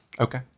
Okay